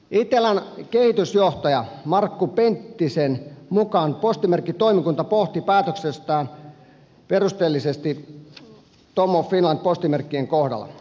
itellan kehitysjohtaja markku penttisen mukaan postimerkkitoimikunta pohti päätöstään perusteellisesti tom of finland postimerkkien kohdalla